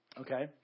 Okay